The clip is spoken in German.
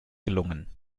gelungen